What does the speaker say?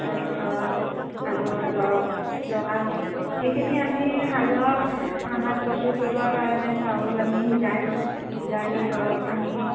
তাৰপিছত সাজৰ দৰৱ দৰকাৰ হয় সেইখিনি আমি সাজৰ সাজ প্ৰস্তুত কৰিবৰ কাৰণে চাউল আমি সিজাই লওঁ সিজাই লৈ দৰৱ আনি